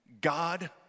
God